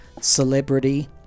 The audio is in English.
celebrity